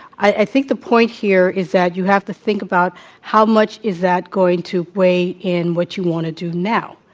i i think the point here is that you have to think about how much is that going to weigh in which you want to do now?